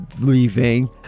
leaving